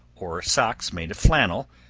or socks made of flannel,